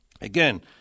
Again